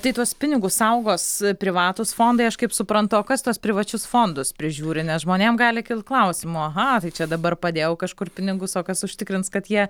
tai tuos pinigus saugos privatūs fondai aš kaip suprantu o kas tuos privačius fondus prižiūri nes žmonėm gali kilt klausimų aha tai čia dabar padėjau kažkur pinigus o kas užtikrins kad jie